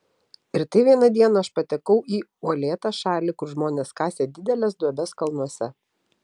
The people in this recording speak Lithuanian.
ir taip vieną dieną aš patekau į uolėtą šalį kur žmonės kasė dideles duobes kalnuose